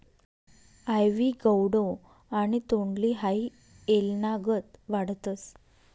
आइवी गौडो आणि तोंडली हाई येलनागत वाढतस